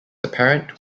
apparent